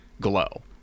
glow